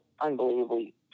unbelievably